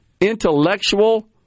intellectual